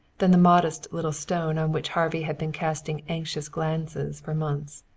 than the modest little stone on which harvey had been casting anxious glances for months.